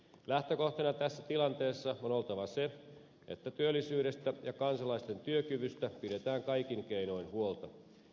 lähtökohtana tässä tilanteessa on oltava se että työllisyydestä ja kansalaisten työkyvystä pidetään kaikin keinoin huolta